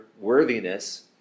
worthiness